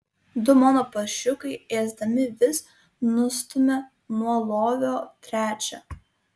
du mano paršiukai ėsdami vis nustumia nuo lovio trečią